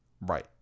Right